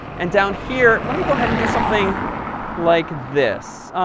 and down here, let me go ahead and do something like this.